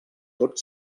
tot